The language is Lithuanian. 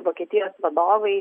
vokietijos vadovai